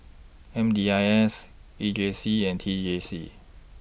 M D I S E J C and T J C